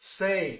say